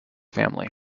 family